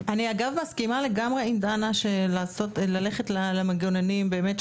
אני אגב מסכימה לגמרי עם דנה שללכת על מנגנונים של